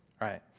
right